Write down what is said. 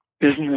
business